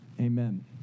Amen